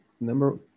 number